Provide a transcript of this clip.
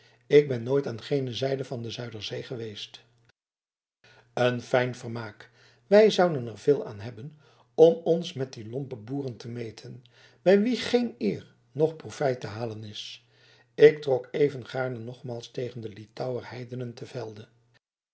ik ben nooit aan gene zijde van de zuiderzee geweest een fijn vermaak wij zouden er veel aan hebben om ons met die lompe boeren te meten bij wie geen eer noch profijt te halen is ik trok even gaarne nogmaals tegen de lithauwer heidenen te velde